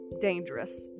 dangerous